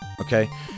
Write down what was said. Okay